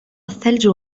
الثلج